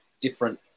different